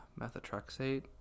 methotrexate